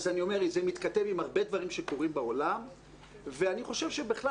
מתכתב עם הרבה דברים בעולם ואני חושב שבכלל